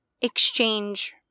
exchange